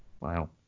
Wow